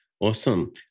Awesome